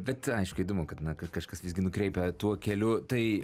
bet aišku įdomu kad na kad kažkas visgi nukreipia tuo keliu tai